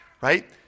right